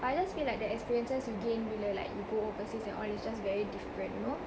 but I just feel like the experiences you gain bila like you go overseas and all is just very different you know